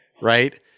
right